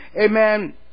Amen